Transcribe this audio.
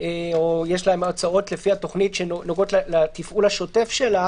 או שיש לה הוצאות לפי התוכנית שנוגעות לתפעול השוטף שלה